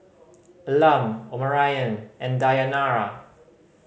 Elam Omarion and Dayanara